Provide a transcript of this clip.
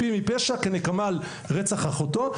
שחט חפים מפשע כנקמה על רצח אחותו,